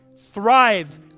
thrive